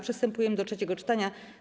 Przystępujemy do trzeciego czytania.